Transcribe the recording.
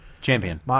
champion